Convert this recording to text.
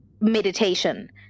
meditation